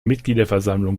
mitgliederversammlung